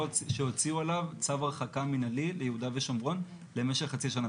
שהוציאו עליו צו הרחקה מינהלי ליהודה ושומרון למשך חצי שנה.